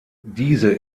diese